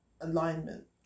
alignment